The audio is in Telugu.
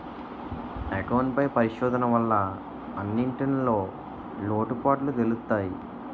అకౌంట్ పై పరిశోధన వల్ల అన్నింటిన్లో లోటుపాటులు తెలుత్తయి